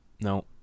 No